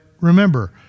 remember